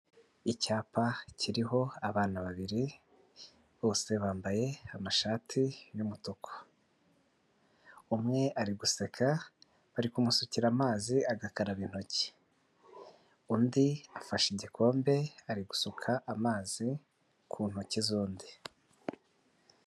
Icyapa kiriho abana babiri bose bambaye amashati y'umutuku, umwe ari guseka bari kumusukira amazi agakaraba intoki undi afashe igikombe ari gusuka amazi ku ntoki z'undi.